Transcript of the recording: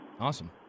Awesome